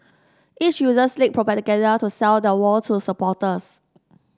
each uses slick propaganda to sell their war to supporters